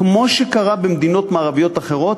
כמו שקרה במדינות מערביות אחרות,